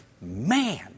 man